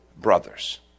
brothers